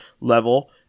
level